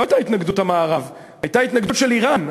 לא הייתה התנגדות המערב, הייתה התנגדות של איראן.